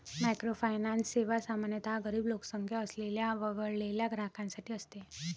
microfinance सेवा सामान्यतः गरीब लोकसंख्या असलेल्या वगळलेल्या ग्राहकांसाठी असते